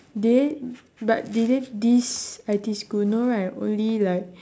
then but did they diss I_T school no right only like